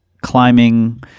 climbing